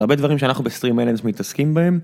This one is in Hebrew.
הרבה דברים שאנחנו בסטרימנט מתעסקים בהם.